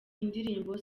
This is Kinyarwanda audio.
indirimbo